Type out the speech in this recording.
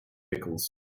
pickles